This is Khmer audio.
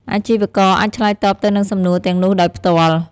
អាជីវករអាចឆ្លើយតបទៅនឹងសំណួរទាំងនោះដោយផ្ទាល់។